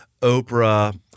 Oprah